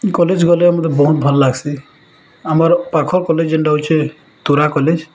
college ଗଲେ ମୋତେ ବହୁତ ଭଲ ଲାଗ୍ସି ଆମର୍ ପାଖ କଲେଜ୍ ଯେନ୍ଟା ହଉଛେ ତୁରା କଲେଜ୍